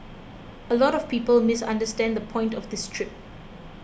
a lot of people misunderstand the point of this trip